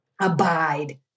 abide